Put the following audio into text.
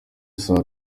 saa